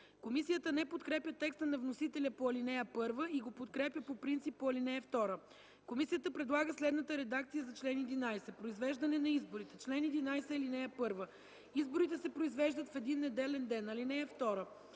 Комисията не подкрепя текста на вносителя по ал. 1 и го подкрепя по принцип по ал. 2. Комисията предлага следната редакция за чл. 11: „Произвеждане на изборите Чл. 11. (1) Изборите се произвеждат в един неделен ден. (2)